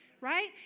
Right